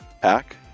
pack